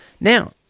now